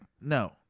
No